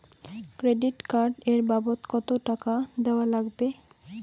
Credit card এর বাবদ কতো টাকা দেওয়া লাগবে?